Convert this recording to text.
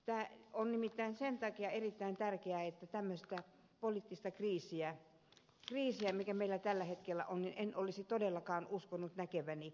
tämä on nimittäin sen takia erittäin tärkeää että tämmöistä poliittista kriisiä joka meillä tällä hetkellä on en olisi todellakaan uskonut näkeväni